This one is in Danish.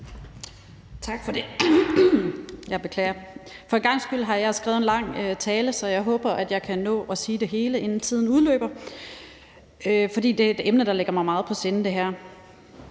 Tak for det. For en gangs skyld har jeg skrevet en lang tale, så jeg håber, at jeg kan nå at sige det hele, inden taletiden udløber, for det her er et emne, der ligger mig meget på sinde. For